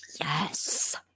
Yes